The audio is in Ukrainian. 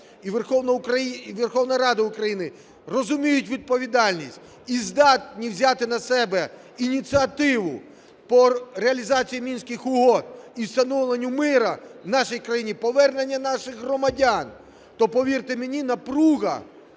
і Верховна Рада України розуміють відповідальність і здатні взяти на себе ініціативу по реалізації Мінських угод і встановленню миру в нашій країні, повернення наших громадян, то, повірте мені, напруга